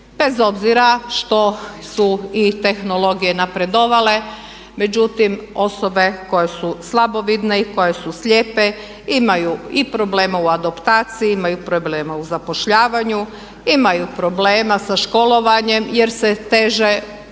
Bez obzira što su i tehnologije napredovale međutim osobe koje su slabovidne i koje su slijepe imaju i problema u adaptaciji, imaju problema u zapošljavanju, imaju problema sa školovanjem jer se teže uklapaju